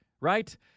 right